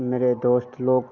मेरे दोस्त लोग